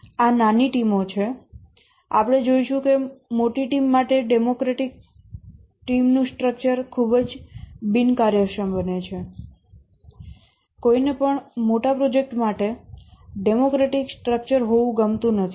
આ નાની ટીમો છે આપણે જોશું કે મોટી ટીમ માટે ડેમોક્રેટિક ટીમ નું સ્ટ્રક્ચર ખૂબ જ બિનકાર્યક્ષમ બને છે કોઈને પણ મોટા પ્રોજેક્ટ માટે ડેમોક્રેટિક સ્ટ્રક્ચર હોવું ગમતું નથી